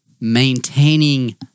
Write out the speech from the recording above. maintaining